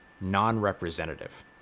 non-representative